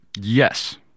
Yes